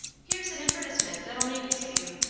here's an advertisement that'll maybe suit you.